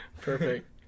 perfect